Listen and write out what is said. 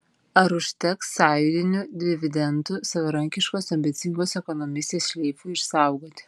ar užteks sąjūdinių dividendų savarankiškos ambicingos ekonomistės šleifui išsaugoti